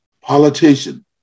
politician